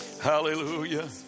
Hallelujah